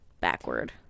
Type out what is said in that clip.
backward